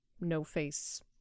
no-face